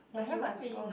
ya that time my prof